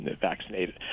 vaccinated